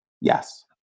Yes